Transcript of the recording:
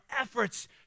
efforts